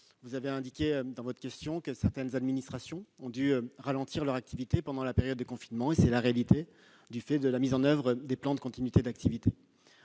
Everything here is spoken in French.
vous avez indiqué que certaines administrations avaient dû ralentir leur activité pendant la période de confinement. C'est en effet la réalité, du fait de la mise en oeuvre des plans de continuité d'activité.